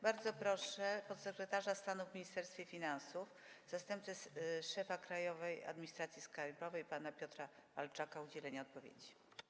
Bardzo proszę podsekretarza stanu w Ministerstwie Finansów, zastępcę szefa Krajowej Administracji Skarbowej pana Piotra Walczaka o udzielenie odpowiedzi.